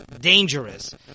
dangerous